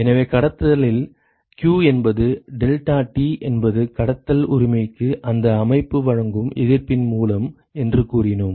எனவே கடத்தலில் q என்பது deltaT என்பது கடத்தல் உரிமைக்கு அந்த அமைப்பு வழங்கும் எதிர்ப்பின் மூலம் என்று கூறினோம்